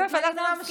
יופי, אנחנו נמשיך.